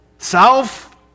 Self